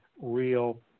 real